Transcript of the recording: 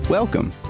Welcome